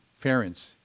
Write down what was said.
parents